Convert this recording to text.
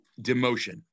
demotion